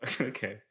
Okay